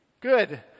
good